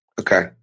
Okay